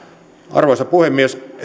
arvoisa puhemies eun